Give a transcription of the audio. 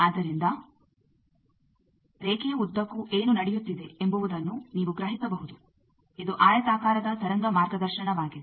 ಆದ್ದರಿಂದ ರೇಖೆಯ ಉದ್ದಕ್ಕೂ ಏನು ನಡೆಯುತ್ತಿದೆ ಎಂಬುವುದನ್ನು ನೀವು ಗ್ರಹಿಸಬಹುದು ಇದು ಆಯತಾಕಾರದ ತರಂಗ ಮಾರ್ಗದರ್ಶನವಾಗಿದೆ